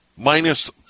Minus